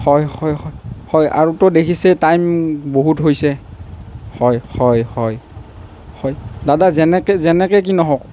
হয় হয় হয় হয় আৰুতো দেখিছেই টাইম বহুত হৈছে হয় হয় হয় হয় দাদা যেনেকৈ যেনেকৈ কি নহওঁক